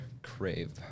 Crave